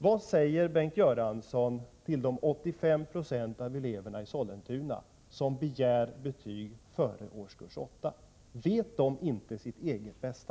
Vad säger Bengt Göransson till de 8526 av eleverna i Sollentuna som begär betyg före årskurs 8? Vet de inte sitt eget bästa?